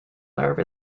nerve